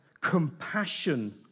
compassion